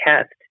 test